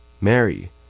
Mary